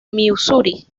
misuri